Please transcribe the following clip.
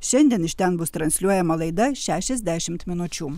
šiandien iš ten bus transliuojama laida šešiasdešimt minučių